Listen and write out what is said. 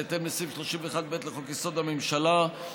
בהתאם לסעיף 31(ב) לחוק-יסוד: הממשלה,